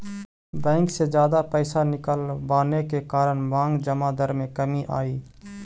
bank से जादा पैसे निकलवाने के कारण मांग जमा दर में कमी आई